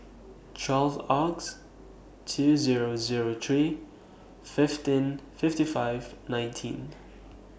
twelve August two Zero Zero three fifteen fifty five nineteen